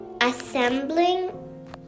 Assembling